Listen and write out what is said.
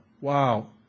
wow